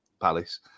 Palace